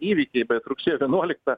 įvykiai bet rugsėjo vienuoliktą